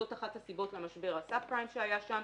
זאת אחת הסיבות למשבר הסב-פריים שהיה שם,